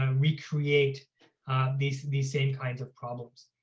ah re-create these these same kinds of problems.